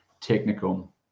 technical